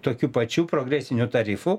tokiu pačiu progresiniu tarifu